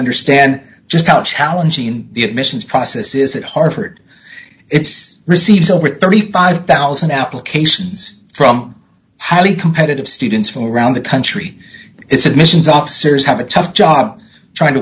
understand just how challenging the admissions process is at harvard it's received over thirty five thousand applications from how the competitive students from around the country it's admissions officers have a tough job t